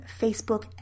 Facebook